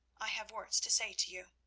i have words to say to you.